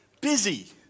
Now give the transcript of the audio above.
Busy